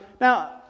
Now